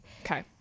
okay